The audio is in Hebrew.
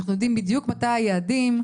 אנחנו יודעים בדיוק מתי היעדים,